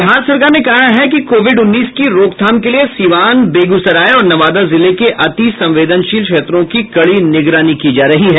बिहार सरकार ने कहा है कि कोविड उन्नीस की रोकथाम के लिए सिवान बेगूसराय और नवादा जिले के अति संवेदनशील क्षेत्रों की कडी निगरानी की जा रही है